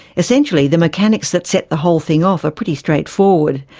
essentially the mechanics that set the whole thing off are pretty straightforward.